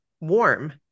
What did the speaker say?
warm